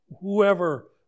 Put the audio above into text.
whoever